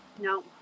No